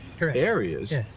areas